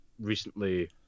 recently